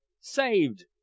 Saved